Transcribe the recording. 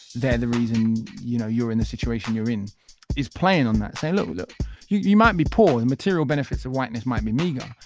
they're the reason you know you're in the situation you're in is playing on that saying look look you you might be poor, the material benefits of whiteness might be meagre.